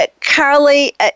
Carly